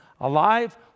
alive